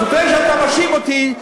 אז לפני שאתה מאשים אותי,